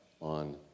on